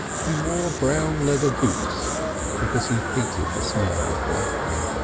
he wore brown leather boots because he hated the smell of blacking.